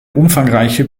umfangreiche